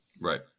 right